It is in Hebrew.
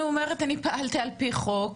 היא אומרת שהיא פעלה על פי החוק,